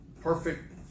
perfect